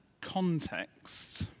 context